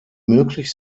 möglich